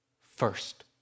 first